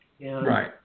Right